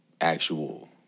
actual